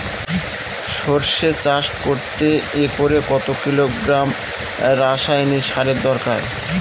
সরষে চাষ করতে একরে কত কিলোগ্রাম রাসায়নি সারের দরকার?